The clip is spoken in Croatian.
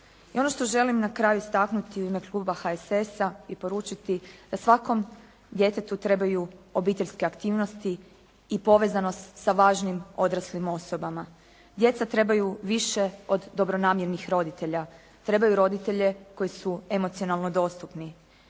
I ono što želim na kraju istaknuti u ime kluba HSS-a i poručiti da svakom djetetu trebaju obiteljske aktivnosti i povezanost sa važnim odraslim osobama. Djeca trebaju više od dobronamjernih roditelja. Trebaju roditelje koji su emocionalno dostupni.